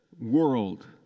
world